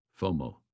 FOMO